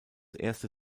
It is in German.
erste